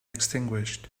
extinguished